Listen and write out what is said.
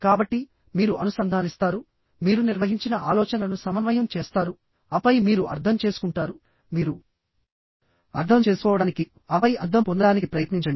కాబట్టి మీరు అనుసంధానిస్తారు మీరు నిర్వహించిన ఆలోచనలను సమన్వయం చేస్తారు ఆపై మీరు అర్థం చేసుకుంటారు మీరు అర్థం చేసుకోవడానికి ప్రయత్నించండి ఆపై అర్థం పొందడానికి ప్రయత్నించండి